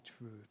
truth